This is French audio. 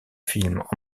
films